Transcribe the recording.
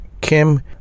kim